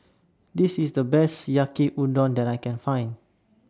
This IS The Best Yaki Udon that I Can Find